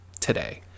today